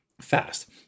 fast